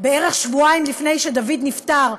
בערך שבועיים לפני שדוד נפטר,